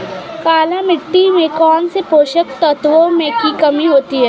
काली मिट्टी में कौनसे पोषक तत्वों की कमी होती है?